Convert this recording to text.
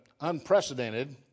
unprecedented